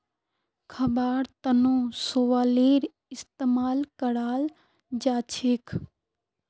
खाबार तनों शैवालेर इस्तेमाल कराल जाछेक